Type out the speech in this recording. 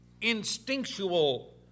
instinctual